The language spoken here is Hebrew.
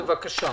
בבקשה.